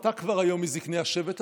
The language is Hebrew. אתה כבר היום מזקני השבט,